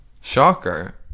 shocker